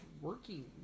working